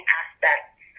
aspects